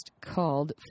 called